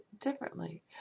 differently